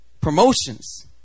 promotions